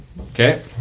Okay